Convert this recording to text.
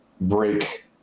break